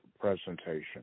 presentation